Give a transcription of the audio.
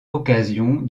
occasion